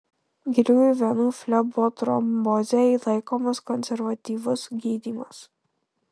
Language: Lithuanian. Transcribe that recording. giliųjų venų flebotrombozei taikomas konservatyvus gydymas